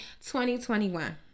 2021